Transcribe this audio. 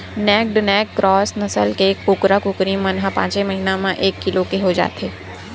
naked neck cross नसल के कुकरा, कुकरी मन ह पाँचे महिना म एक किलो के हो जाथे